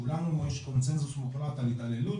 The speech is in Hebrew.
כולנו יודעים שיש קונצנזוס מוחלט על התעללות,